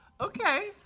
Okay